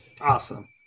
Awesome